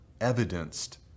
evidenced